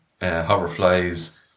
hoverflies